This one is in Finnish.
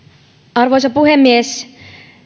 arvoisa puhemies